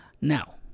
Now